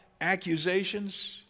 accusations